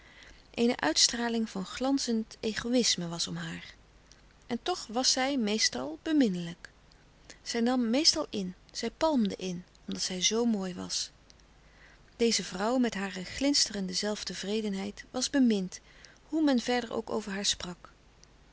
eene uitstraling van glanzend egoïsme was om haar en toch was zij meestal beminnelijk zij nam meestal in zij palmde in omdat zij zoo mooi was deze vrouw met hare glinsterende zelftevredenheid was bemind hoe men verder ook over haar sprak